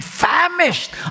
famished